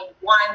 one